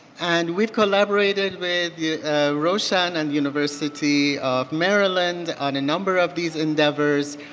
and we've collaborated with roshan and university of maryland on a number of these endeavors.